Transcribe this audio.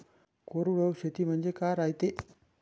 कोरडवाहू शेती म्हनजे का रायते?